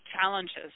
challenges